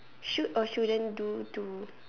should or shouldn't do to